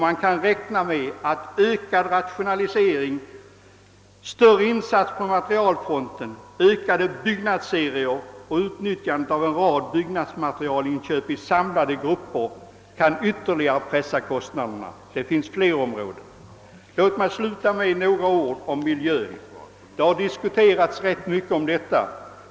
Man kan räkna med att ökad rationalisering, större insats på materialfronten, större byggnadsserier och utnyttjande av inköp i samlade grupper när det gäller en rad byggnadsmaterial ytterligare kan pressa kostnaderna. Det finns flera sådana områden. Låt mig sluta med några ord om miljön. Det är ett ämne som har diskuterats rätt mycket.